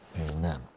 Amen